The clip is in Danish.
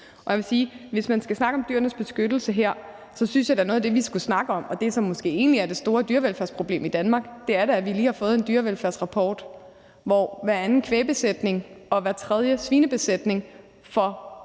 på. Jeg vil sige, at hvis vi skal snakke om dyrenes beskyttelse her, synes jeg da vi skal snakke om det, som måske egentlig er det store dyrevelfærdsproblem i Danmark, nemlig at vi lige har fået en dyrevelfærdsrapport, hvor der står, at i hver anden kvægbesætning og hver tredje svinebesætning